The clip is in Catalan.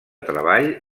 treball